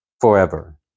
forever